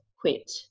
quit